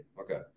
Okay